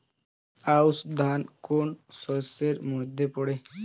আউশ ধান কোন শস্যের মধ্যে পড়ে?